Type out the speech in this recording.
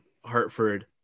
hartford